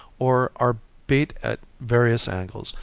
or are beat at various angles,